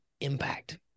impact